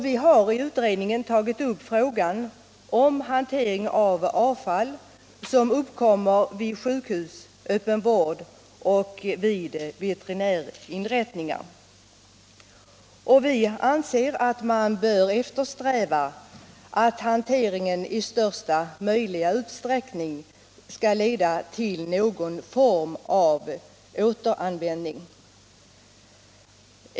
Vi har i utredningen tagit upp frågan om hantering av avfall som uppkommer vid sjukhus, öppen vård och veterinärinrättningar. Vi anser att man bör eftersträva att hanteringen i största möjliga utsträckning skall leda till någon form av återanvändning.